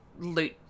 loot